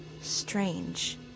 strange